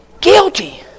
Guilty